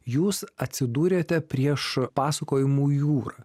jūs atsidūrėte prieš pasakojimų jūrą